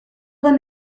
them